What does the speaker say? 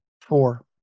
four